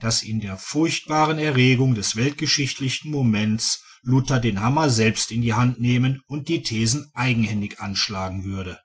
daß in der furchtbaren erregung des weltgeschichtlichen moments luther den hammer selbst in die hand nehmen und die thesen eigenhändig anschlagen würde